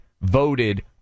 Voted